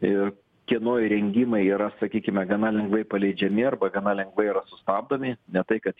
ir kieno įrengimai yra sakykime gana lengvai paleidžiami arba gana lengvai yra sustabdomi ne tai kad